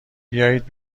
بیایید